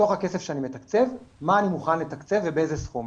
בתוך הכסף שאני מתקצב מה אני מוכן לתקצב ובאיזה סכום.